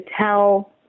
tell